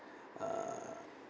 uh